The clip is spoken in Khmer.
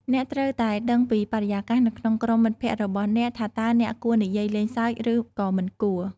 អ្នកត្រូវតែដឹងពីបរិយាកាសនៅក្នុងក្រុមមិត្តភក្តិរបស់អ្នកថាតើអ្នកគួរនិយាយលេងសើចឬក៏មិនគួរ។